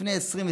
לפני 20,